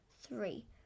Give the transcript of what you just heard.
three